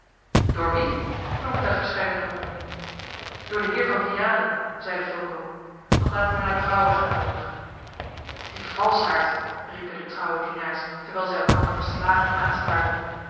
door wien klonk het uit verscheidene monden door den heer van vianen zeide fulco doch laten we naar de vrouwe gaan jonker die valschaard riepen de trouwe dienaars terwijl zij elkander verslagen aanstaarden